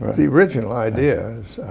the original idea was